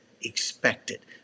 expected